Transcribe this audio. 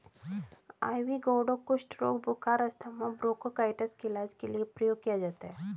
ivy gourd कुष्ठ रोग, बुखार, अस्थमा, ब्रोंकाइटिस के इलाज के लिए प्रयोग किया जाता है